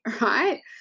right